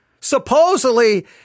Supposedly